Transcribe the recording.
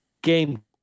game